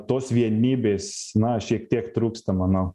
tos vienybės na šiek tiek trūksta manau